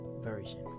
version